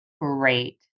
great